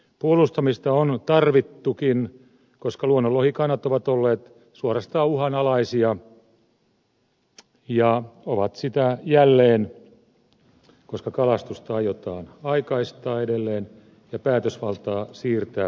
puolustamista on tarvittukin koska luonnonlohikannat ovat olleet suorastaan uhanalaisia ja ovat sitä jälleen koska kalastusta aiotaan aikaistaa edelleen ja päätösvaltaa siirtää pois alueelta